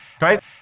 right